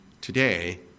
today